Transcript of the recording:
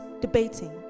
debating